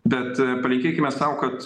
bet palinkėkime sau kad